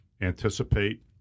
anticipate